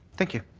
thank you.